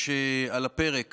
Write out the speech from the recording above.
יש על הפרק